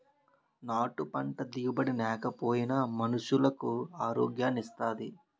నాటు పంట దిగుబడి నేకపోయినా మనుసులకు ఆరోగ్యాన్ని ఇత్తాది